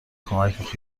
کمک